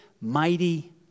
mighty